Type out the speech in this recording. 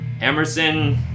Emerson